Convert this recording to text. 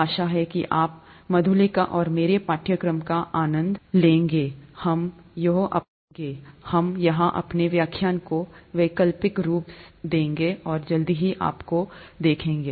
आशा है कि आप मधुलिका और मेरे साथ पाठ्यक्रम का आनंद लेंगे हम यहाँ अपने व्याख्यान को वैकल्पिक रूप से देंगे और जल्द ही आपको देखेंगे